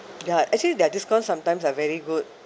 ya actually their discount sometimes are very good